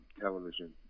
television